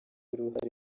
uruhare